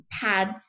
pads